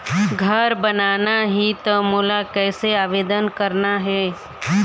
घर बनाना ही त मोला कैसे आवेदन करना हे?